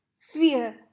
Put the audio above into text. fear